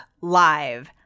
Live